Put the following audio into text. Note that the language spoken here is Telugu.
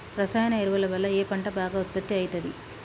రసాయన ఎరువుల వల్ల ఏ పంట బాగా ఉత్పత్తి అయితది?